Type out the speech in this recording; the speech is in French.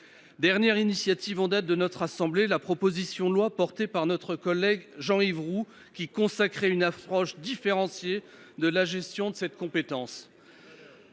dernière initiative en date de notre assemblée est la proposition de loi de notre collègue Jean Yves Roux. Celle ci consacre une approche différenciée de la gestion de cette compétence.